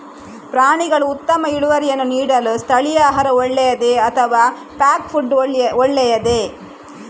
ಪ್ರಾಣಿಗಳು ಉತ್ತಮ ಇಳುವರಿಯನ್ನು ನೀಡಲು ಸ್ಥಳೀಯ ಆಹಾರ ಒಳ್ಳೆಯದೇ ಅಥವಾ ಪ್ಯಾಕ್ ಫುಡ್ ಒಳ್ಳೆಯದೇ?